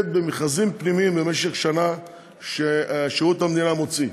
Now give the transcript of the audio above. במכרזים פנימיים ששירות המדינה מוציא,